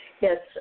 Yes